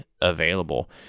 available